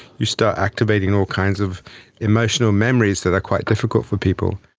you start activating all kinds of emotional memories that are quite difficult for people.